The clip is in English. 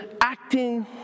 acting